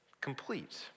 complete